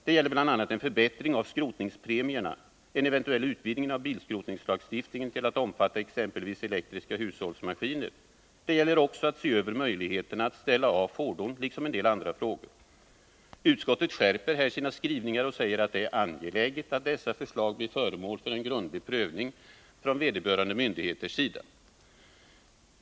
Det gäller bl.a. en förbättring av skrotningspremierna och en eventuell utvidgning av bilskrotningslagstiftningen till att omfatta exempelvis elektriska hushållsmaskiner. Det gäller också att se över möjligheterna att ställa av fordon, liksom en del andra frågor. Utskottet skärper här sina skrivningar och säger att det är angeläget att dessa förslag blir föremål för en grundlig prövning från vederbörande myndigheters sida.